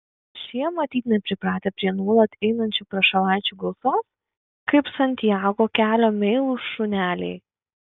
šie matyt nepripratę prie nuolat einančių prašalaičių gausos kaip santiago kelio meilūs šuneliai